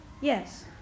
yes